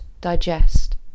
digest